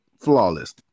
flawless